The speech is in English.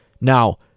Now